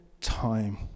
time